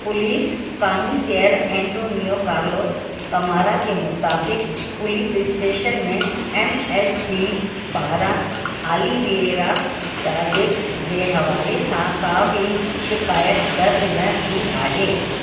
police commissioner Antonio Carlos Camara जे मुताबिक़ police station में एम एस टी पारां ऑलिविरा रॉड्रिग्स जे हवाले सां का बि शिकाइति दर्जु न थी आहे